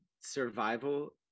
survival